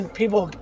people